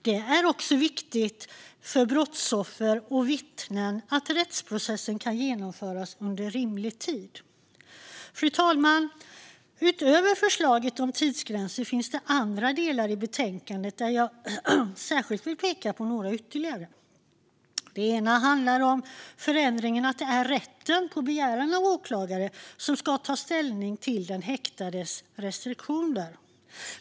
Det är också viktigt för brottsoffer och vittnen att rättsprocessen kan genomföras inom rimlig tid. Fru talman! Utöver förslaget om tidsgränser finns det andra delar i betänkandet. Jag ska särskilt peka på några ytterligare. Det ena handlar om förändringen att det är rätten på begäran av åklagare som ska ta ställning till den häktades restriktioner.